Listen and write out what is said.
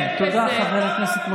לא, אתה אשם, אתה והממשלה הקודמת.